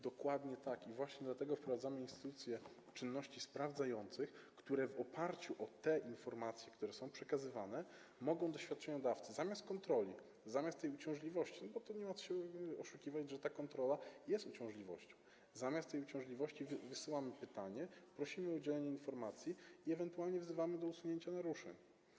Dokładnie tak i właśnie dlatego wprowadzamy instytucję czynności sprawdzających opartą na informacjach, które są przekazywane do świadczeniodawcy, zamiast kontroli, zamiast tej uciążliwości, bo nie ma co się oszukiwać, kontrola jest uciążliwością, a więc zamiast tej uciążliwości wysyłamy pytanie, prosimy o udzielenie informacji i ewentualnie wzywamy do usunięcia naruszeń.